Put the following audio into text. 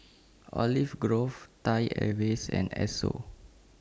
Olive Grove Thai Airways and Esso